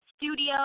studio